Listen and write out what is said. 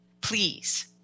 please